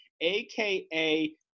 aka